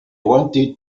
wanted